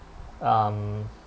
um